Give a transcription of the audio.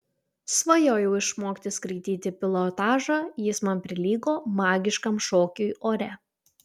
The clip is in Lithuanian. svajojau išmokti skraidyti pilotažą jis man prilygo magiškam šokiui ore